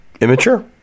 immature